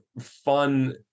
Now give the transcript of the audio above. fun